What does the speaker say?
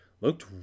looked